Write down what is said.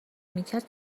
میکرد